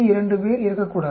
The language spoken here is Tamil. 2 பேர் இறக்கக்கூடாது